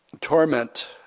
torment